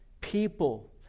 people